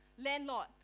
Landlord